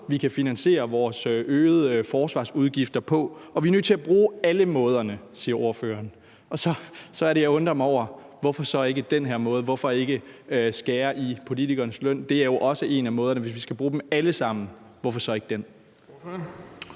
vi kan finansiere vores øgede forsvarsudgifter på, og at vi er nødt til at bruge alle måderne. Så er det, jeg undrer mig over, hvorfor man så ikke bruger den her måde – hvorfor ikke skære i politikernes løn? Det er jo også en af måderne. Hvis vi skal bruge dem alle sammen, hvorfor så ikke den?